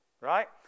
right